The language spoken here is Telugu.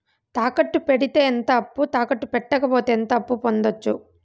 తాకట్టు పెడితే ఎంత అప్పు, తాకట్టు పెట్టకపోతే ఎంత అప్పు పొందొచ్చు?